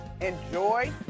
enjoy